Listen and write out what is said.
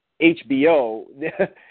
HBO